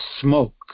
smoke